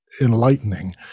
enlightening